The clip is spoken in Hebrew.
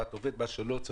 מה שלא,